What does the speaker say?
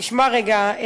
תשמע רגע,